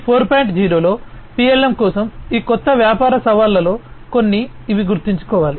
0 లో పిఎల్ఎమ్ కోసం ఈ కొత్త వ్యాపార సవాళ్లలో కొన్ని ఇవి గుర్తుంచుకోవాలి